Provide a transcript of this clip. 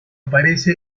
aparece